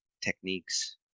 techniques